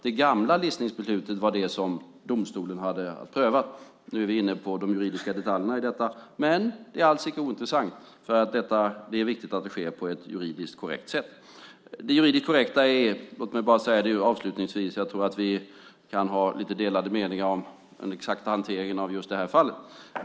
Det gamla listningsbeslutet var det som domstolen hade att pröva. Nu är vi inne på de juridiska detaljerna i detta. Men det är alls icke ointressant, för det är viktigt att det sker på ett juridiskt korrekt sätt. Låt mig bara säga en sak avslutningsvis eftersom jag tror att vi kan ha lite delade meningar om den exakta hanteringen av just det här fallet.